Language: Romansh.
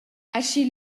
aschi